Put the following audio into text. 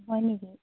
হয় নেকি